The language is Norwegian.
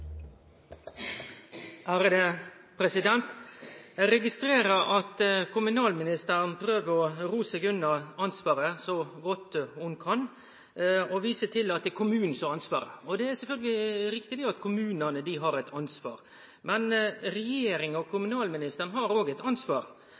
til oppfølgingsspørsmål. Eg registrerer at kommunalministeren prøver å ro seg unna ansvaret så godt ho kan, og viser til at kommunen har ansvaret. Det er sjølvsagt riktig at kommunane har eit ansvar, men regjeringa og